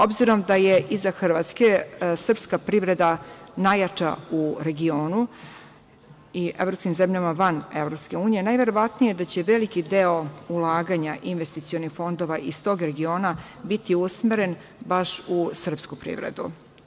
Obzirom da je iza Hrvatske, srpska privreda najjača u regionu i evropskim zemljama van EU, najverovatnije da će veliki deo ulaganja investicionih fondova iz tog regiona biti usmeren baš u srpsku privredu.